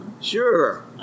sure